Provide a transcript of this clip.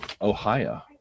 Ohio